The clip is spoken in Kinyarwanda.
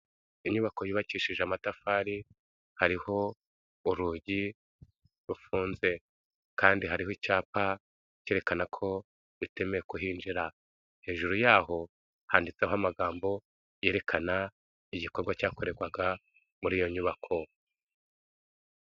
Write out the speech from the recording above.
Inyubako yubakishije amatafari, hariho urugi rufunze kandi hariho icyapa kerekana ko bitemewe kuhinjira, hejuru yaho handitseho amagambo yerekana igikorwa cyakorerwaga muri iyo nyubako.